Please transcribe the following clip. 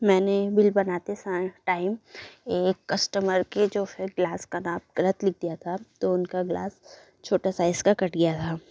मैंने बिल बनाते समय टाइम एक कस्टमर के जो है ग्लास का नाप ग़लत लिख दिया था तो उनका ग्लास छोटा साइज़ का कट गया था